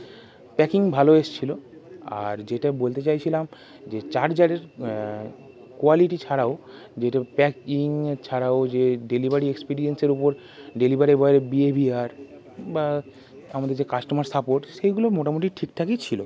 packing ভালো এসছিলো আর যেটা বলতে চাইছিলাম যে চার্জারের কোয়ালিটি ছাড়াও যেটা প্যাকিং ছাড়াও যে ডেলিভারি এক্সপিরিয়েন্সের ওপর ডেলিভারি বয়ের বিয়েভিয়ার বা আমাদের যে কাস্টমার সাপোর্ট সেইগুলো মোটামুটি ঠিকঠাকই ছিলো